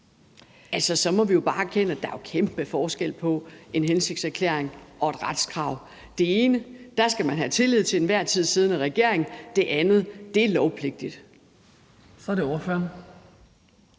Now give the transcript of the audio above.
praksis, så må vi jo bare erkende, at der er kæmpe forskel på en hensigtserklæring og et retskrav. Med det ene skal man have tillid til den til enhver tid siddende regering, og det andet er lovpligtigt. Kl. 19:47 Den